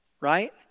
right